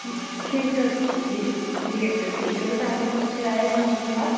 जी uncle जी जी uncle ठीकु आहे त पोइ तव्हां असांखां किरायो घणो वठंदा